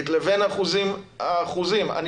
קודם כול, אני